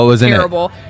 terrible